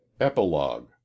Epilogue